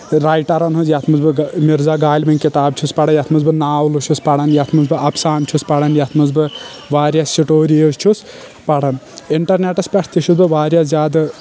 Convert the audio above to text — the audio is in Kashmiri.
رایٹرن ہنٛز یتھ منٛز بہٕ مرزا غالبٕنۍ کِتاب چھُس بہٕ پران یتھ منٛز بہٕ ناولہٕ چھُس پران یتھ منٛز بہٕ افسانہٕ چھُس پران یتھ منٛز بہٕ واریاہ سٹورِیٖز چھُس پران انٹرنیٹس پٮ۪ٹھ تہِ چھُس بہٕ واریاہ زیادٕ